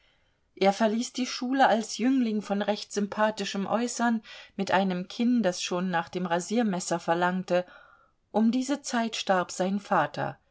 er verließ die schule als jüngling von recht sympathischem äußern mit einem kinn das schon nach dem rasiermesser verlangte um diese zeit starb sein vater